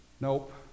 Nope